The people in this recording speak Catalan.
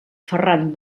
ferran